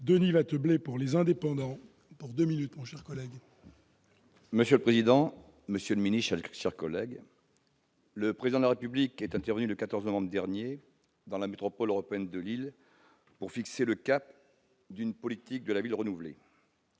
pour le groupe Les Indépendants - République et Territoires. Monsieur le président, monsieur le ministre, chers collègues, le Président de la République est intervenu, le 14 novembre dernier, dans la métropole européenne de Lille, pour fixer le cap d'une politique de la ville renouvelée.